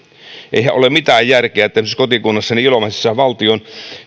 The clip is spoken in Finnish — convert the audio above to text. eihän ole mitään järkeä siinä että esimerkiksi kotikunnassani ilomantsissa valtion